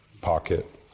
pocket